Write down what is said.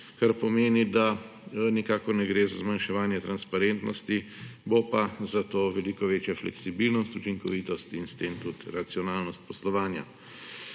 kar pomeni, da nikakor ne gre za zmanjševanje transparentnosti, bo pa zato veliko večja fleksibilnost, učinkovitost in s tem tudi racionalnost poslovanja.